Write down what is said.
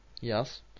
Yes